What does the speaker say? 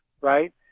Right